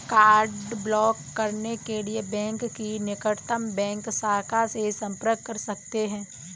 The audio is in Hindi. कार्ड ब्लॉक करने के लिए बैंक की निकटतम बैंक शाखा से संपर्क कर सकते है